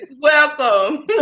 welcome